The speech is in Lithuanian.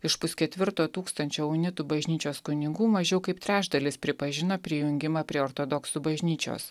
iš pusketvirto tūkstančio unitų bažnyčios kunigų mažiau kaip trečdalis pripažino prijungimą prie ortodoksų bažnyčios